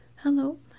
Hello